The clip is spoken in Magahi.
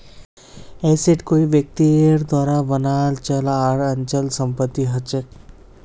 एसेट कोई व्यक्तिर द्वारा बनाल चल आर अचल संपत्ति हछेक